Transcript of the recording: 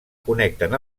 connecten